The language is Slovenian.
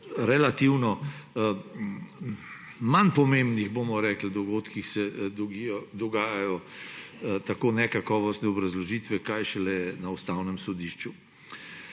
relativno manj pomembnih dogodkih se dogajajo tako nekakovostne obrazložitve, kaj šele na Ustavnem sodišču.